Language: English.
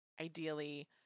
ideally